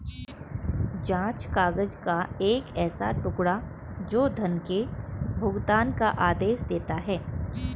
जाँच काग़ज़ का एक ऐसा टुकड़ा, जो धन के भुगतान का आदेश देता है